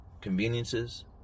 conveniences